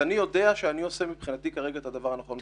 יודע שאני עושה מבחינתי כרגע את הדבר הנכון ביותר.